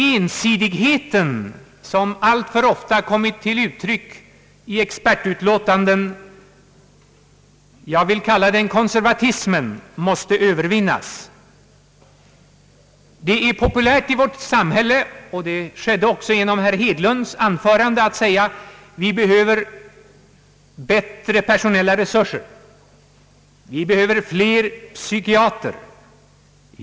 Ensidigheten, som alltför ofta kommit till uttryck i expertutlåtanden och som jag vill kalla konservatism, måste övervinnas. Det är populärt i vårt samhälle att säga — det gjorde också herr Hedlund i sitt anförande — att vi behöver bättre personella resurser, fler psykiatrer.